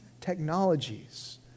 technologies